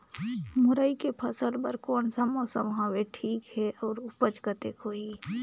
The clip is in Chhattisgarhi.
मुरई के फसल बर कोन सा मौसम हवे ठीक हे अउर ऊपज कतेक होही?